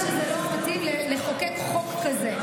יכול להיות שלא מתאים לחוקק חוק כזה.